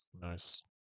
Nice